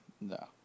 No